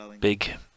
big